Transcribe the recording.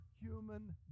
human